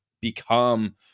become